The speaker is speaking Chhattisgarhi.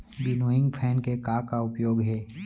विनोइंग फैन के का का उपयोग हे?